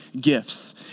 gifts